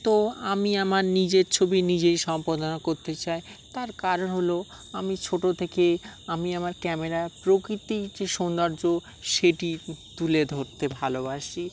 তো আমি আমার নিজের ছবি নিজেই সম্পাদনা করতে চাই তার কারণ হলো আমি ছোট থেকে আমি আমার ক্যামেরায় প্রকৃতির যে সৌন্দর্য সেটি তুলে ধরতে ভালোবাসি